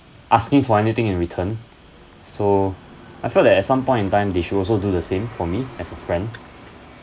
asking for anything in return so I felt that at some point in time they should also do the same for me as a friend